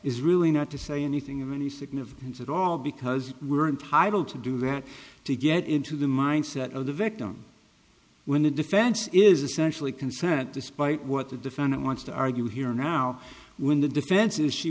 is really not to say anything of any significance at all because we're entitled to do that to get into the mindset of the victim when the defense is essentially consent despite what the defendant wants to argue here now when the defense s